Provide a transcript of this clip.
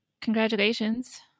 Congratulations